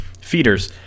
Feeders